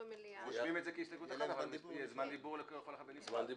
רושמים את זה כהסתייגות אחת אבל יש זמן דיבור לכל אחד בנפרד.